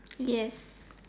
yes